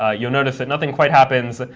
ah you'll notice that nothing quite happens,